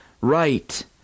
right